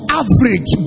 average